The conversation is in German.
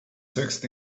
höchste